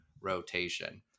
rotation